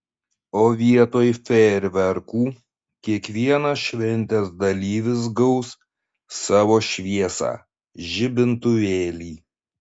o vietoj fejerverkų kiekvienas šventės dalyvis gaus savo šviesą žibintuvėlį